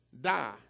die